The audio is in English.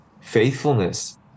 faithfulness